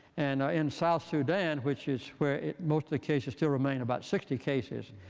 and in south sudan, which is where most of the cases still remain, about sixty cases,